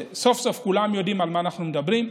סוף-סוף כולם יודעים על מה אנחנו מדברים,